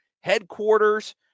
headquarters